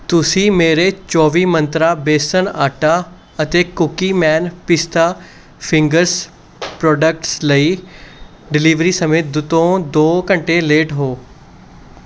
ਤੁਸੀਂ ਮੇਰੇ ਚੌਵੀ ਮੰਤਰਾ ਬੇਸਨ ਆਟਾ ਅਤੇ ਕੁਕੀਮੈਨ ਪਿਸਤਾ ਫਿੰਗਰਸ ਪ੍ਰੋਡਕਟਸ ਲਈ ਡਿਲੀਵਰੀ ਸਮੇਂ ਦ ਤੋਂ ਦੋ ਘੰਟੇ ਲੇਟ ਹੋ